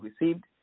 received